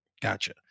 Gotcha